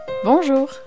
Bonjour